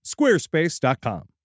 Squarespace.com